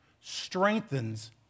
strengthens